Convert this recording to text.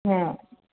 ହଁ